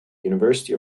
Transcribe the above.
university